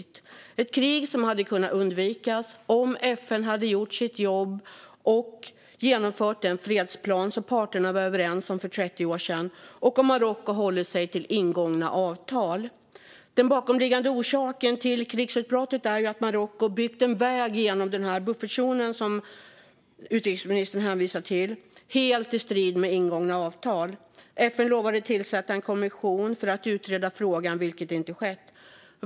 Det är ett krig som hade kunnat undvikas om FN hade gjort sitt jobb och genomfört den fredsplan som parterna var överens om för 30 år sedan och om Marocko hållit sig till ingångna avtal. Den bakomliggande orsaken till krigsutbrottet är att Marocko byggt en väg genom den buffertzon som utrikesministern hänvisar till, helt i strid med ingångna avtal. FN lovade att tillsätta en kommission för att utreda frågan, vilket inte har skett.